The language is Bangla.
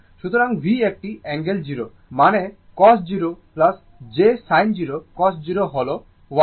সুতরাং V একটি অ্যাঙ্গেল 0 মানে cos 0 j sin 0 cos 0 হল 1 এবং sin 0 0